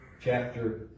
Chapter